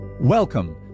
Welcome